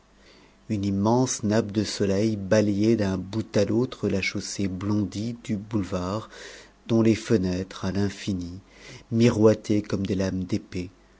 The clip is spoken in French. une immense nappe de soleil balayait d'un bout à l'autre la chaussée blondie du boulevard dont les fenêtres à l'infini miroitaient comme des lames d'épée